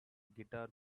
guitar